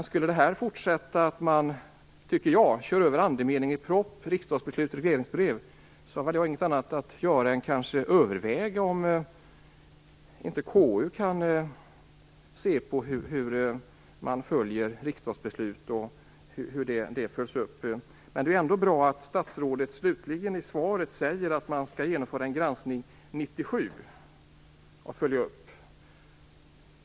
Skulle man dock, som jag upplever det, fortsätta med att köra över vad som är andemeningen i proposition, riksdagsbeslut och regeringsbrev, har jag kanske inget annat att göra än överväga om inte KU skall se på hur man följer riksdagsbeslut och på hur sådant följs upp. Det är dock bra att statsrådet i slutet av svaret säger att man skall genomföra en granskning 1997 och att en uppföljning skall göras.